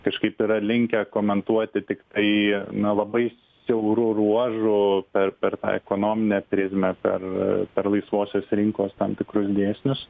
kažkaip yra linkę komentuoti tik tai na labai siauru ruožu per per ekonominę prizmę per ar laisvosios rinkos tam tikrus dėsnius